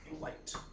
light